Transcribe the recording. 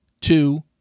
two